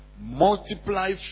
multiply